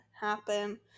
happen